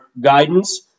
guidance